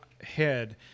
head